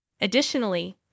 Additionally